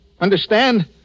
Understand